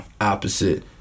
Opposite